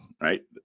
right